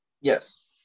yes